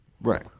Right